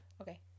Okay